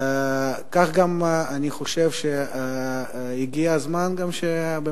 כך, אני גם חושב שהגיע הזמן שכל